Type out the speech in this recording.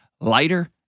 lighter